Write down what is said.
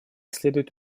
следует